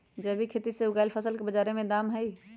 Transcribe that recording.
जैविक खेती से उगायल फसल के बाजार में जादे दाम हई